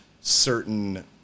certain